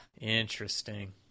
Interesting